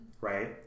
Right